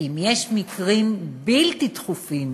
אם יש מקרים לא דחופים